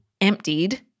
emptied